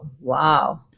Wow